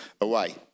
away